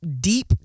deep